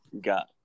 Got